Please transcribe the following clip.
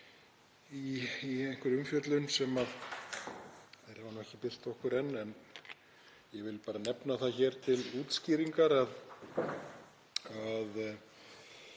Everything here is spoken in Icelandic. í einhverri umfjöllun sem þeir hafa ekki birt okkur enn. En ég vil bara nefna það hér til útskýringar að